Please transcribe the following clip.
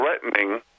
threatening